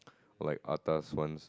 or like atas ones